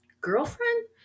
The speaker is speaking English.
girlfriend